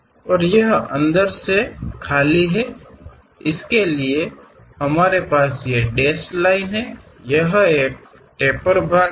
ಮತ್ತು ಅದರೊಳಗೆ ಟೊಳ್ಳಾಗಿದೆ ಅದಕ್ಕಾಗಿ ನಾವು ಈ ಡ್ಯಾಶ್ಡ್ ರೇಖೆಗಳನ್ನು ಹೊಂದಿದ್ದೇವೆ ಇದು ಮೊನಚಾದ ಒಂದು ಭಾಗವಾಗಿದೆ